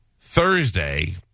Thursday